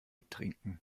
trinken